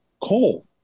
coal